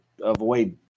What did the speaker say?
avoid